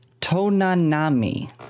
Tonanami